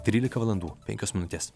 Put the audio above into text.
trylika valandų penkios minutės